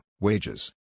wages